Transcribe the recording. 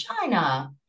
China